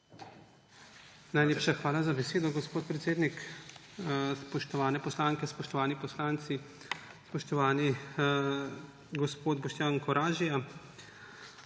Najlepša hvala za besedo, gospod predsednik. Spoštovane poslanke, spoštovani poslanci, spoštovani gospod Boštjan Koražija!